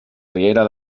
riera